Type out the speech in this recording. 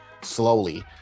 slowly